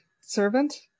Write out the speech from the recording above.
servant